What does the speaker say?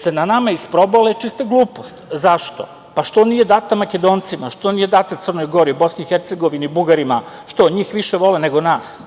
se na nama isprobala je čista glupost. Zašto? Što nije data Makedoncima, što nije data Crnoj Gori, BiH, Bugarima? Što? Njih više vole nego nas?